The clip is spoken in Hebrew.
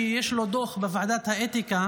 כי יש לו דוח בוועדת האתיקה,